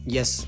Yes